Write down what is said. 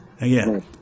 Again